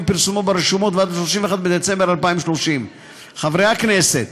פרסומו ברשומות ועד 31 בדצמבר 2030. חברי הכנסת,